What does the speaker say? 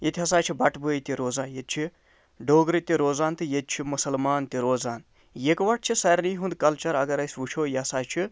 ییٚتہِ ہسا چھِ بَٹہٕ بٲے تہِ روزان ییٚتہِ چھِ ڈوٗگرٕ تہِ روزان تہٕ ییٚتہِ چھِ مُسَلمان تہِ روزان یِکوَٹہٕ چھِ سارنٕے ہُنٛد کَلچَر اگر أسۍ وُچھَو یہِ ہسا چھِ